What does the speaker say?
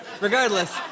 regardless